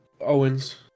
Owens